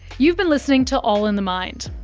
you've been listening to all in the mind.